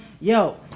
yo